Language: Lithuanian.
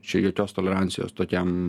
čia jokios tolerancijos tokiam